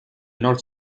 north